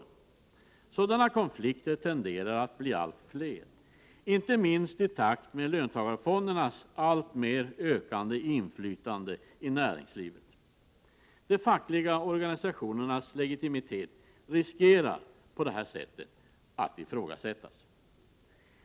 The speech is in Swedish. Sådana konflikter tenderar att bli allt fler, inte minst i takt med löntagarfondernas alltmer ökande inflytande i näringslivet. De fackliga organisationernas legitimitet riskerar på detta sätt att ifrågasättas.